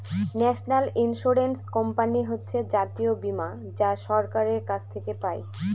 national insurance company হচ্ছে জাতীয় বীমা যা সরকারের কাছ থেকে পাই